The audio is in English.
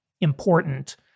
important